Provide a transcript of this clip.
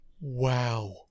Wow